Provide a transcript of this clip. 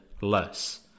less